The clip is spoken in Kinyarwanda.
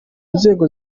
nzego